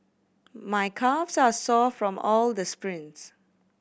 my calves are sore from all the sprints